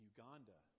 Uganda